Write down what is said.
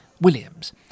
Williams